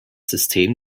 system